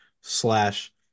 slash